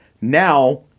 Now